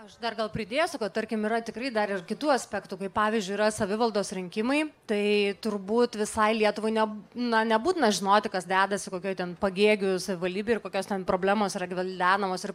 aš dar gal pridėsiu kad tarkim yra tikrai dar ir kitų aspektų kai pavyzdžiui yra savivaldos rinkimai tai turbūt visai lietuvai ne na nebūtina žinoti kas dedasi kokioj ten pagėgių savivaldybėj ir kokios ten problemos yra gvildenamos ir